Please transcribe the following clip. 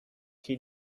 that